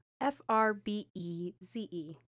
F-R-B-E-Z-E